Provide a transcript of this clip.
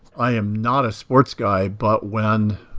i am not a sports guy, but when,